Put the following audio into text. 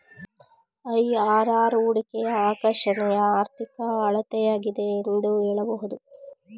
IRR ಹೂಡಿಕೆಯ ಆಕರ್ಷಣೆಯ ಆರ್ಥಿಕ ಅಳತೆಯಾಗಿದೆ ಎಂದು ಹೇಳಬಹುದು